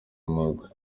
umwuga